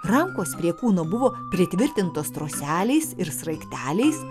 rankos prie kūno buvo pritvirtintos droseliais ir sraigteliais